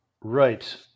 Right